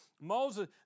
Moses